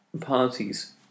parties